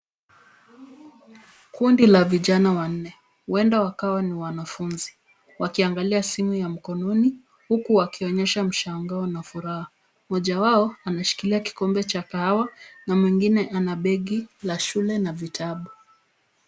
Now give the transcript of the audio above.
Kundi la vijana wanne. Huenda wakawa ni wanafunzi wakiangalia simu ya mkononi huku wakionyesha mshangao na furaha. Mmoja wao ameshikilia kikombe cha kahawa na mwengine ana begi la shule na vitabu.